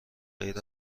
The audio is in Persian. غیر